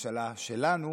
הממשלה שלנו,